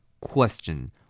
Question